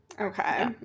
Okay